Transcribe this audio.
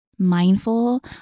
mindful